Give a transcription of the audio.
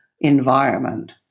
environment